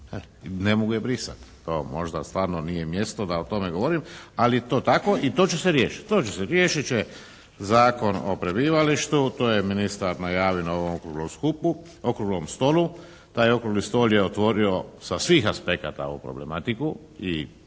ne mogu je brisati. To možda stvarno nije mjesto da o tome govorim ali je to tako i to će se riješiti. Riješit će Zakon o prebivalištu, to je ministar najavio na ovom okruglom skupu, Okruglom stolu. Taj Okrugli stol je otvorio sa svih aspekata ovu problematiku i